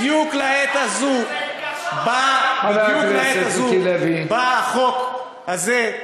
בדיוק לעת הזאת בא החוק הזה,